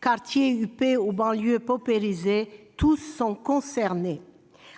Quartiers huppés ou banlieues paupérisées, tous les territoires sont concernés.